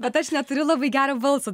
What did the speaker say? bet aš neturiu labai gero balso